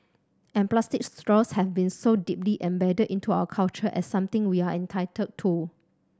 and plastic straws have been so deeply embedded into our culture as something we are entitled to